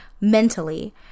mentally